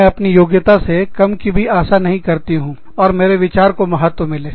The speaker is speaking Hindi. मैं अपनी योग्यता से कम की भी आशा नहीं करती हूँ और मेरे विचार को महत्व मिले